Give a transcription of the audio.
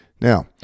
now